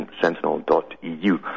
sentinel.eu